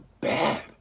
bad